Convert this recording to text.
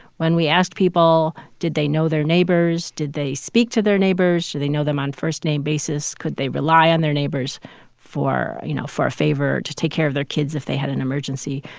when we asked people did they know their neighbors did they speak to their neighbors, do they know them on first-name basis, could they rely on their neighbors for, you know, for a favor, to take care of their kids if they had an emergency,